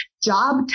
Job